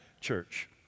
Church